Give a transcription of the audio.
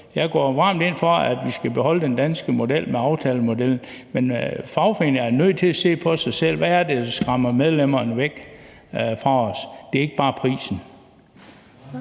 jeg går varmt ind for, at vi skal beholde den danske model med aftalemodellen. Men fagforeningerne er nødt til at se på sig selv: Hvad er det, der skræmmer medlemmer væk fra os? Og det er ikke bare prisen.